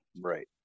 Right